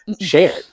shared